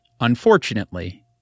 unfortunately